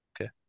Okay